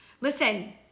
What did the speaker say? Listen